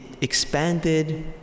expanded